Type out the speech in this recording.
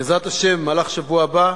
בעזרת השם במהלך השבוע הבא,